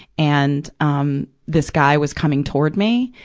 and, um, this guy was coming toward me.